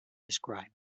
described